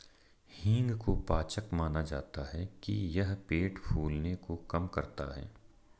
हींग को पाचक माना जाता है कि यह पेट फूलने को कम करता है